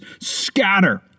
scatter